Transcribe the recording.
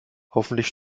hoffentlich